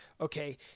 Okay